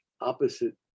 Opposite